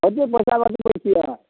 कत्ते पैसा लगबै छियै